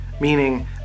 Meaning